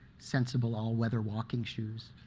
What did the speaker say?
sensible all weather walking shoes,